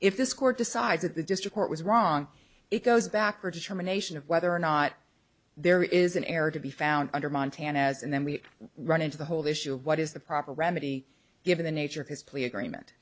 if this court decides that the district court was wrong it goes back for determination of whether or not there is an error to be found under montana has and then we run into the whole issue of what is the proper remedy given the nature of his plea agreement